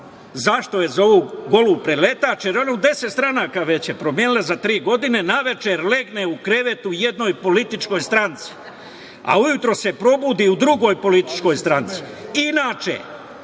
Zašto je zovu golub preletač? Jer ona je 10 stranaka već promenila za tri godine. Uveče legne u krevet u jednoj političkoj stranci, a ujutro se probudi u drugoj političkoj stranci. Inače,